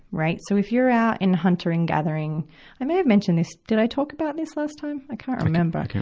right. so if you're out in hunter and gathering i may have mentioned this. did i talk about this last time? i can't remember. i can't